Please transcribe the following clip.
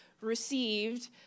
received